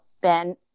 Ben